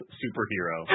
superhero